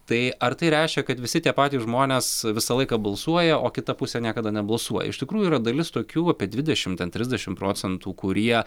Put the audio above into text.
tai ar tai reiškia kad visi tie patys žmonės visą laiką balsuoja o kita pusė niekada nebalsuoja iš tikrųjų yra dalis tokių apie dvidešim ten trisdešim procentų kurie